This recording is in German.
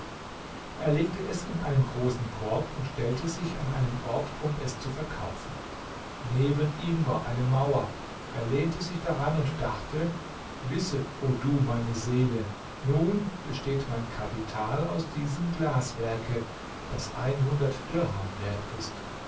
er legte es in einen großen korb und stellte sich an einen ort um es zu verkaufen neben ihm war eine mauer er lehnte sich daran und dachte wisse o du meine seele nun besteht mein kapital aus diesem glaswerke das dirham wert ist